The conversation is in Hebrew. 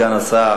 כבוד סגן השר,